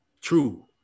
true